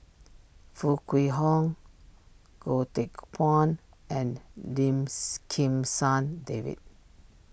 Foo Kwee Horng Goh Teck Phuan and Lim Kim San David